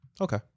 Okay